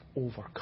overcome